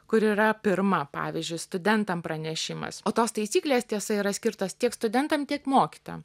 kuri yra pirma pavyzdžiui studentam pranešimas o tos taisyklės tiesa yra skirtos tiek studentam tiek mokytojam